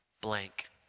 blank